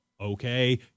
okay